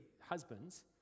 husbands